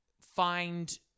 find